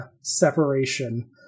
separation